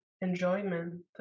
enjoyment